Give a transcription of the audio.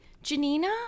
Janina